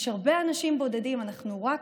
יש הרבה אנשים בודדים, אנחנו רק